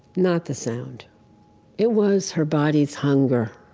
not the sound it was her body's hunger